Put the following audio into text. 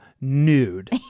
nude